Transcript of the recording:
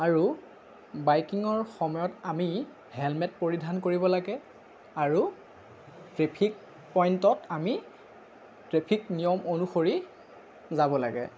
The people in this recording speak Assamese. আৰু বাইকিঙৰ সময়ত আমি হেলমেট পৰিধান কৰিব লাগে আৰু ট্ৰেফিক পইণ্টত আমি ট্ৰেফিক নিয়ম অনুসৰি যাব লাগে